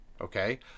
Okay